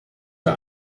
war